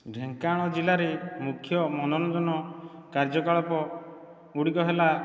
ଢ଼େଙ୍କାନାଳ ଜିଲ୍ଲାରେ ମୁଖ୍ୟ ମନୋରଞ୍ଜନ କାର୍ଯ୍ୟକଳାପ ଗୁଡ଼ିକ ହେଲା